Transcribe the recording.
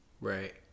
Right